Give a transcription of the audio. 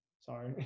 sorry